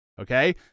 Okay